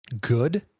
good